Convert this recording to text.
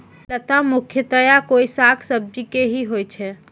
लता मुख्यतया कोय साग सब्जी के हीं होय छै